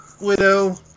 widow